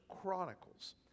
chronicles